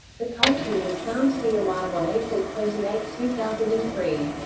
the culture was found to be alive on april twenty eight, two thousand and three.